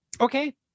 Okay